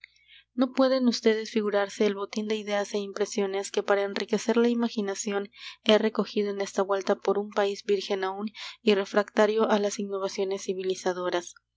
no pueden ustedes figurarse el botín de ideas é impresiones que para enriquecer la imaginación he recogido en esta vuelta por un país virgen aún y refractario á las innovaciones civilizadoras